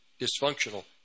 dysfunctional